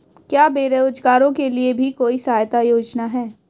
क्या बेरोजगारों के लिए भी कोई सहायता योजना है?